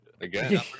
Again